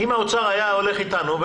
אם האוצר היה הולך איתנו,